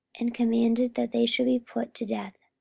and commanded that they should be put to death.